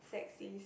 sexist